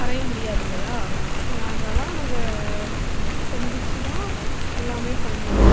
வரைய முடியாது இல்லையா அதெல்லாம் நம்ம சந்திச்சு தான் எல்லாமே பண்ணனும்